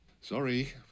sorry